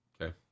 Okay